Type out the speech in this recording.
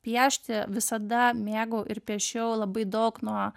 piešti visada mėgau ir piešiau labai daug nuo